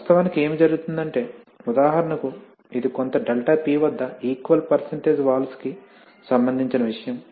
వాస్తవానికి ఏమి జరుగుతుందంటే ఉదాహరణకు ఇది కొంత ∆P వద్ద ఈక్వల్ పెర్సెంటేజ్ వాల్వ్ కి సంబందించిన విషయం